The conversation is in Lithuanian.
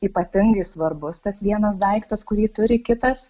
ypatingai svarbus tas vienas daiktas kurį turi kitas